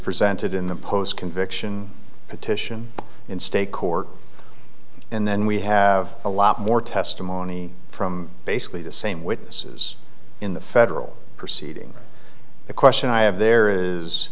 presented in the post conviction petition in state court and then we have a lot more testimony from basically the same witnesses in the federal proceeding the question i have there is